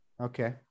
okay